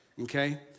Okay